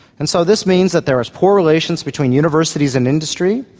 and so this means that there are poor relations between universities and industry,